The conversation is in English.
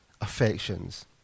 affections